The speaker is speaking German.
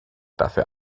dafür